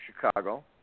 Chicago